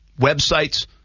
websites